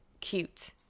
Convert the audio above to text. cute